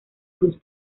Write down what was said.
cruz